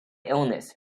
illness